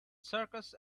circus